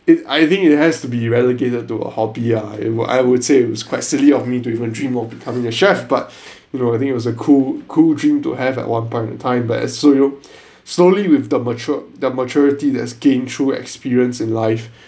it I think it has to be relegated to a hobby ah I w~ I would say it was quite silly of me to even dream of becoming a chef but you know I think it was a cool cool dream to have at one point in time but as you slowly with the mature the maturity that's gained through experience in life